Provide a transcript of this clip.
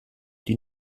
die